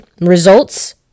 results